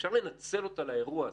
שאפשר לנצל אותה לאירוע הזה.